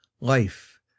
Life